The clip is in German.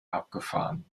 abgefahren